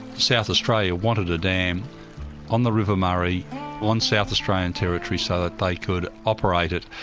south australia wanted a dam on the river murray on south australian territory so that they could operate it,